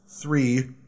three